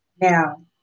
Now